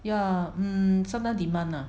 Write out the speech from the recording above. ya mm sometimes demand ah